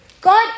God